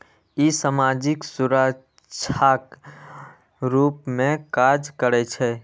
ई सामाजिक सुरक्षाक रूप मे काज करै छै